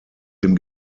dem